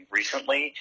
recently